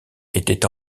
était